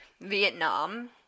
Vietnam